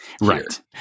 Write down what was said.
Right